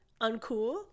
Uncool